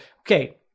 okay